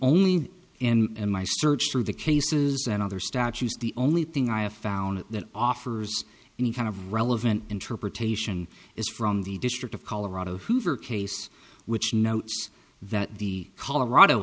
only and in my search through the cases and other statues the only thing i have found that offers any kind of relevant interpretation is from the district of colorado hoover case which notes that the colorado